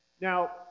Now